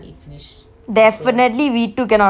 definitely we two cannot eat one